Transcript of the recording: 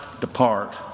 depart